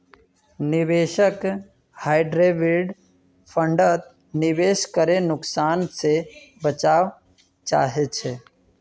निवेशक हाइब्रिड फण्डत निवेश करे नुकसान से बचवा चाहछे